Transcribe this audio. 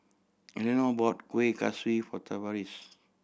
Elenor bought Kueh Kaswi for Tavaris